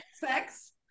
sex